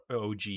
OG